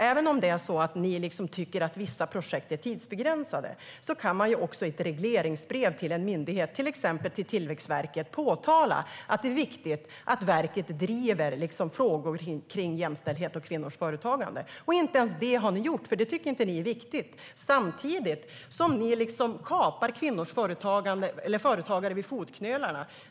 Även om vissa projekt är tidsbegränsade kan man i regleringsbrevet till en myndighet, till exempel Tillväxtverket, påpeka att det är viktigt att myndigheten driver frågor om jämställdhet och kvinnors företagande. Men inte ens det har ni gjort, för ni tycker inte att det är viktigt. Ni kapar kvinnligt företagande vid fotknölarna.